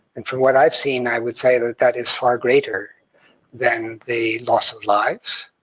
and from what i've seen, i would say that that is far greater than the loss of lives,